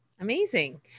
Amazing